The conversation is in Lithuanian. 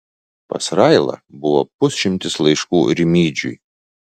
pas railą buvo pusšimtis laiškų rimydžiui